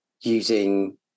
using